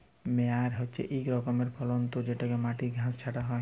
মেয়ার হছে ইক রকমের যল্তর যেটতে মাটির ঘাঁস ছাঁটা হ্যয়